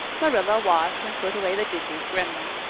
marilla washed and put away the dishes grimly.